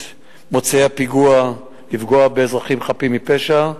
את מוציאי הפיגוע לפגוע באזרחים חפים מפשע,